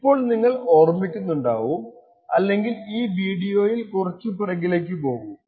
ഇപ്പോൾ നിങ്ങൾ ഓർമിക്കുന്നുണ്ടാകും അല്ലെങ്കിൽ ഈ വീഡിയോയിൽ കുറച്ചു പുറകിലേക്ക് പോകൂ